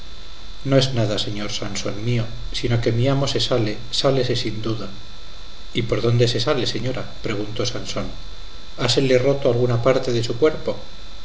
no es nada señor sansón mío sino que mi amo se sale sálese sin duda y por dónde se sale señora preguntó sansón hásele roto alguna parte de su cuerpo